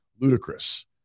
ludicrous